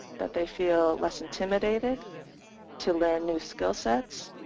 that they feel less intimidated to learn new skill sets.